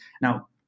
Now